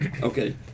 Okay